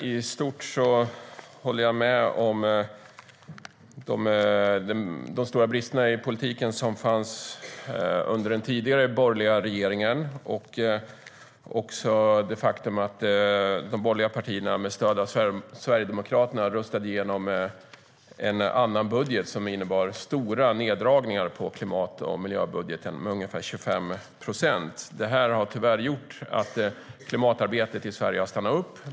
I stort håller jag med vad gäller de stora bristerna i den politik som fördes under den tidigare borgerliga regeringen samt det faktum att de borgerliga partierna med stöd av Sverigedemokraterna röstade igenom en annan budget, som innebar stora neddragningar på klimat och miljöområdet med ungefär 25 procent. Det här har tyvärr gjort att klimatarbetet i Sverige stannat upp.